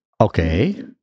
Okay